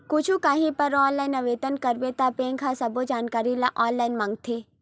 कुछु काही बर ऑनलाईन आवेदन करबे त बेंक ह सब्बो जानकारी ल ऑनलाईन मांगथे